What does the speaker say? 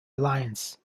alliance